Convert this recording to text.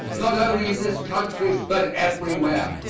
not only in this country, but everywhere.